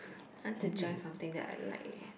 I want to join something that I like leh